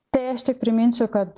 tai aš tik priminsiu kad